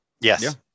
Yes